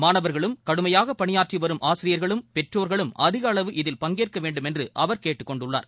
மாணவர்களும் கடுமையாக பணியாற்றி வரும் ஆசிரியர்களும் பெற்றோர்களும் அதிக அளவு இதில் பங்கேற்க வேண்டுமென்று அவர் கேட்டுக் கொண்டுள்ளார்